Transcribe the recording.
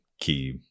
key